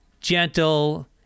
gentle